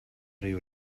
ryw